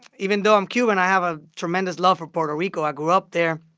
even though i'm cuban, i have a tremendous love for puerto rico. i grew up there.